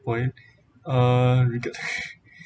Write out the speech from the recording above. point uh regarding